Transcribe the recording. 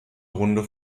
runde